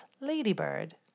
ladybird